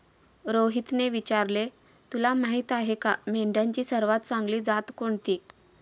रोहितने विचारले, तुला माहीत आहे का मेंढ्यांची सर्वात चांगली जात कोणती?